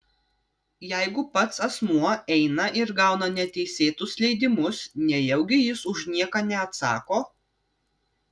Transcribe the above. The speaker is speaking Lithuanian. jeigu pats asmuo eina ir gauna neteisėtus leidimus nejaugi jis už nieką neatsako